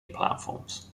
platforms